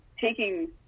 taking –